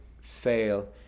fail